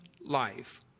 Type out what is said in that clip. life